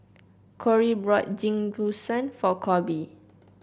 Corey bought Jingisukan for Koby